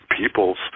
peoples